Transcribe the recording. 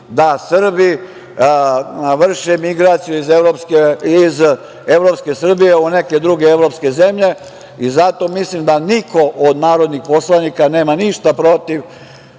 da Srbi vrše migracije iz evropske Srbije u neke druge evropske zemlje. Zato mislim da niko od narodnih poslanika nema ništa protiv